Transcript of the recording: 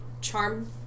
charm